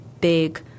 big